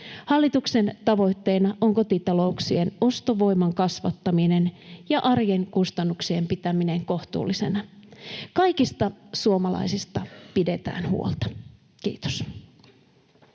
Hallituksen tavoitteena on kotitalouksien ostovoiman kasvattaminen ja arjen kustannuksien pitäminen kohtuullisena. Kaikista suomalaisista pidetään huolta. — Kiitos.